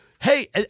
Hey